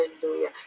Hallelujah